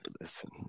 listen